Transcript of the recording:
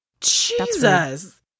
Jesus